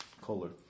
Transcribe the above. Kohler